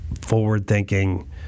forward-thinking